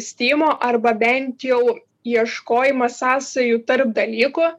stimo arba bent jau ieškojimas sąsajų tarp dalykų